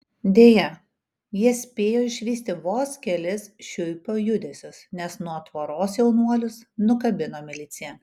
deja jie spėjo išvysti vos kelis šiuipio judesius nes nuo tvoros jaunuolius nukabino milicija